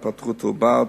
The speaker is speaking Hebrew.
התפתחות העובר,